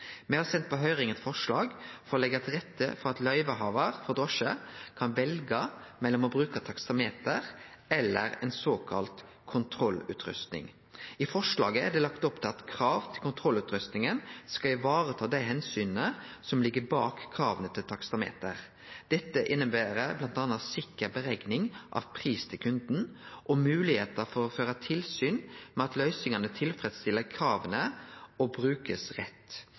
Me har sendt på høyring eit forslag om å leggje til rette for at løyvehavar for drosje kan velje mellom å bruke taksameter eller ei såkalla kontrollutrusting. I forslaget er det lagt opp til at krav til kontrollutrustinga skal vareta dei omsyna som ligg bak krava til taksameter. Dette inneber bl.a. sikker berekning av pris til kunden og moglegheiter for å føre tilsyn med at løysingane tilfredsstiller krava og blir brukte rett.